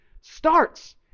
starts